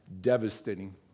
devastating